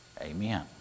Amen